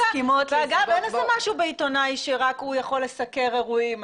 אין איזה משהו בעיתונאי שרק הוא יכול לסקר אירועים.